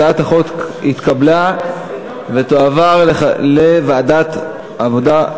הצעת החוק התקבלה ותועבר לוועדת העבודה,